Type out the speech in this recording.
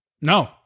No